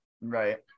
Right